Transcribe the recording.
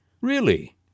Really